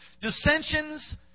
dissensions